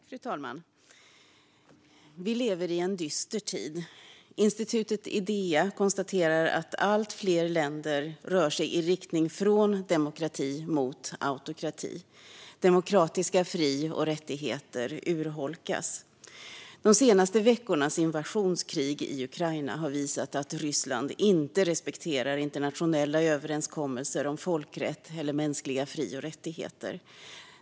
Fru talman! Vi lever i en dyster tid. Institutet Idea konstaterar att allt fler länder rör sig i riktning från demokrati mot autokrati. Demokratiska fri och rättigheter urholkas. De senaste veckornas invasionskrig i Ukraina har visat att Ryssland inte respekterar internationella överenskommelser om folkrätt eller mänskliga fri och rättigheter.